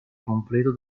completo